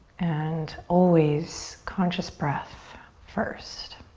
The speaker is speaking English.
and always, conscious breath first.